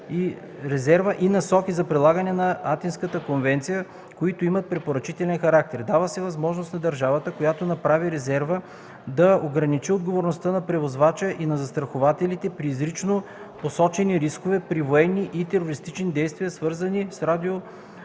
и насоки за прилагане на Атинската конвенция, които имат препоръчителен характер. Дава се възможност на държавата, която направи резерва, да ограничи отговорността на превозвача и на застрахователите при изрично посочени рискове – при военни и терористични действия, свързани с радиоактивно